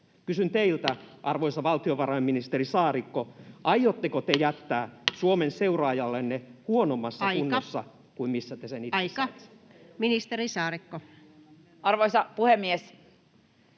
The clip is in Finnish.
Kysyn teiltä, arvoisa valtiovarainministeri Saarikko: aiotteko te jättää Suomen seuraajallenne huonommassa [Puhemies: Aika!] kunnossa kuin missä te sen itse saitte? Ministeri Saarikko. Arvoisa puhemies!